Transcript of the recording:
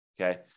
Okay